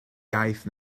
iaith